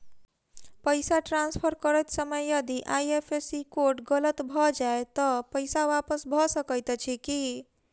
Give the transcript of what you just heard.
पैसा ट्रान्सफर करैत समय यदि आई.एफ.एस.सी कोड गलत भऽ जाय तऽ पैसा वापस भऽ सकैत अछि की?